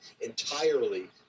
entirely